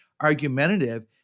argumentative